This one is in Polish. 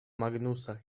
magnusa